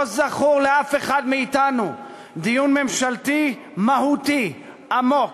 לא זכור לאף אחד מאתנו דיון ממשלתי מהותי, עמוק,